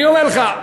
אני אומר לך,